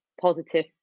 positive